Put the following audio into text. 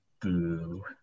boo